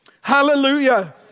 Hallelujah